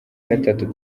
gatatu